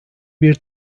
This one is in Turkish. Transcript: bir